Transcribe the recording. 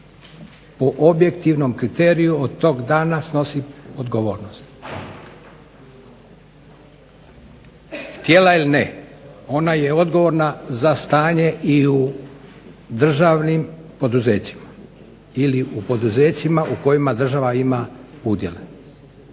Po objektivnom kriteriju od tog dana snosi odgovornost. Htjela ili ne ona je odgovorna za stanje i u državnim poduzećima ili u poduzećima u kojima država ima udjele.